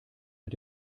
mit